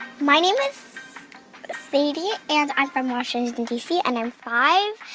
my name is sadie, and i'm from washington, d c. and i'm five.